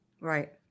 Right